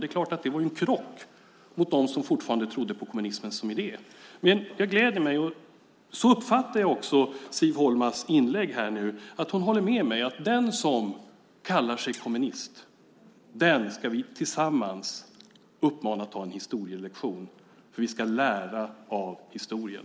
Det är klart att det var en krock mot dem som fortfarande trodde på kommunismen som idé. Men jag gläder mig - så uppfattar jag också Siv Holmas inlägg här nu - åt att hon håller med mig om att den som kallar sig kommunist ska vi tillsammans uppmana att ta en historielektion. Vi ska lära av historien.